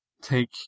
Take